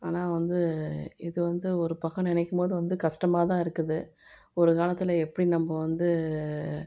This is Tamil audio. ஆனால் வந்து இது வந்து ஒரு பக்கம் நினைக்கும் போது வந்து கஷ்டமாகதான் இருக்குது ஒரு காலத்தில் எப்படி நம்ப வந்து